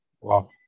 Wow